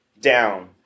down